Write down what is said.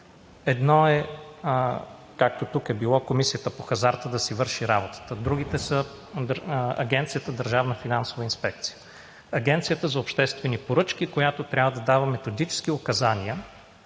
Едно е, както тук е било, Комисията по хазарта да си върши работата, другите са Агенцията за държавна финансова инспекция, Агенцията за обществени поръчки, която трябва да дава методически указания